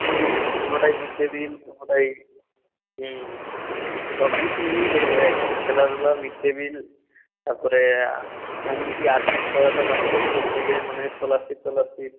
হুম হুঁ কোনওটায় mid day meal কোনওটায় হুম হুঁ সব কিছু নিয়েই দেখবে একদম খেলা টেলা মিড ডে মিল তারপরে এমনকি আর্থিক সহায়তা পাচ্ছে স্কুল থেকে মানে স্কলারশিপ টলারশিপ